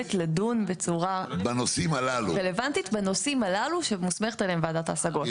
היכולת לדון בצורה רלוונטית בנושאים הללו שמוסכמת עליהם ועדת ההשגות.